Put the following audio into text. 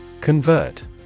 Convert